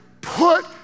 put